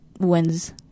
Wins